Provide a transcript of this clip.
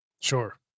Sure